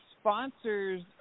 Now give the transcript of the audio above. sponsors